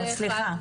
סליחה,